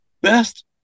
best